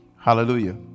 Hallelujah